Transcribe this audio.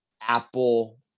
Apple